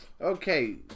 Okay